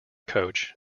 coach